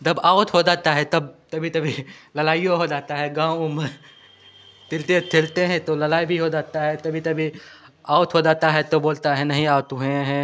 जब आउट हो जाता है तब कभी कभी लड़ाइयाँ हो जाती है गाँव में तिलतेट खेलते हैं तो लड़ाई भी हो जाता है कभी कभी आउत हो जाता है तो बोलता है नहीं आउट हुए हैं